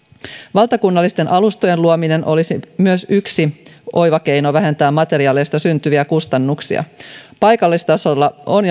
valtakunnallisten alustojen luominen olisi yksi oiva keino vähentää materiaaleista syntyviä kustannuksia myös paikallistasolla on